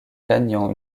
gagnant